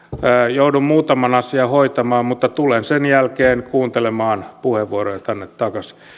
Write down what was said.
joudun muutaman asian hoitamaan mutta tulen sen jälkeen kuuntelemaan puheenvuoroja tänne takaisin